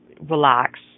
relax